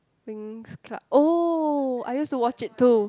Winx club oh I used to watch it too